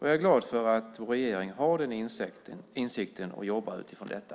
Jag är glad att regeringen har den insikten och jobbar utifrån detta.